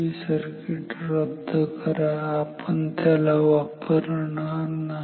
हे सर्किट रद्द करा आपण त्याला वापरणार नाही